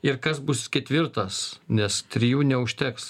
ir kas bus ketvirtas nes trijų neužteks